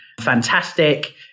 fantastic